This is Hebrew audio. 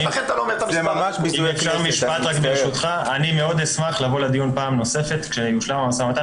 רק ברשותך: אני מאוד אשמח לבוא לדיון פעם נוספת כשיושלם המשא ומתן,